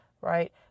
right